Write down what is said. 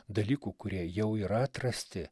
dalykų kurie jau yra atrasti